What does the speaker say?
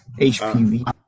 hpv